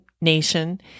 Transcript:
Nation